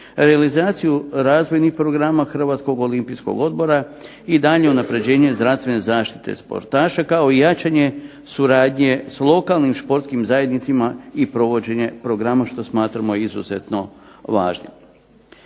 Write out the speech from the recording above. realizaciju razvojnih programa HOO-a i daljnje unapređenje zdravstvene zaštite sportaša kao i jačanje suradnje s lokalnim športskim zajednicama i provođenje programa što smatramo izuzetno važnim.